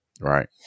Right